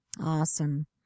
Awesome